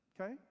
okay